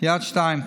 יעד 2,